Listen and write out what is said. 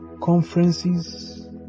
conferences